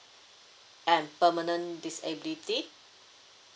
and permanent disability